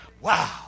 Wow